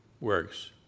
works